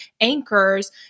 anchors